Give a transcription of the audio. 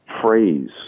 phrase